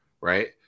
Right